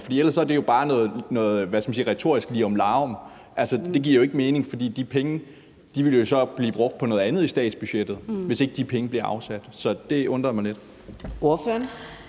for ellers er det bare noget retorisk lirumlarum. Det giver ikke mening, for de penge ville jo så blive brugt på noget andet i statsbudgettet, hvis ikke de penge blev afsat. Så det undrer mig lidt.